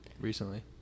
recently